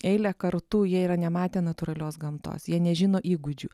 eilę kartų jie yra nematę natūralios gamtos jie nežino įgūdžių